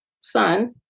son